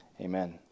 Amen